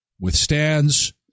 withstands